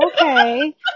Okay